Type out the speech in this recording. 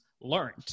learned